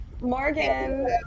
Morgan